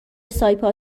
سایپا